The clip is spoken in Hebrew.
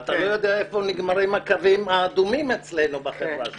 ואתה לא יודע איפה נגמרים הקווים האדומים בחברה שלנו.